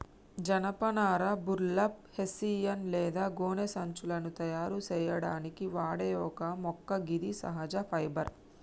జనపనార burlap, hessian లేదా గోనె సంచులను తయారు సేయడానికి వాడే ఒక మొక్క గిది సహజ ఫైబర్